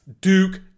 Duke